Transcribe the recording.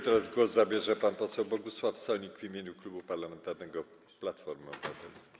Teraz głos zabierze pan poseł Bogusław Sonik w imieniu Klubu Parlamentarnego Platforma Obywatelska.